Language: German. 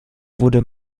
wurde